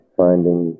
finding